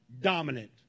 dominant